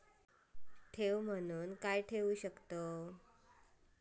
ठेव म्हणून काय ठेवू शकताव?